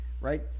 right